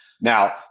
Now